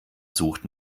sucht